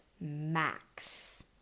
max